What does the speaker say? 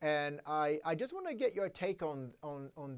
and i just want to get your take on own on